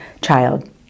child